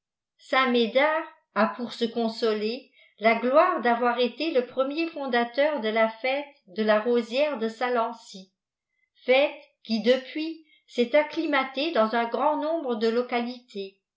médard a pour se consoler la gloire d avoir été le premier fondateur de la fête de la rosière de salençv fête qui depuis s est aoclimatéë dans un grand nombre de localités